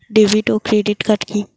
David ও credit card কি?